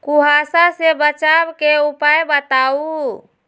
कुहासा से बचाव के उपाय बताऊ?